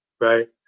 right